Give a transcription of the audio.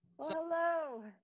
hello